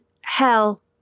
hell